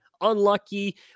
unlucky